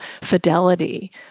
fidelity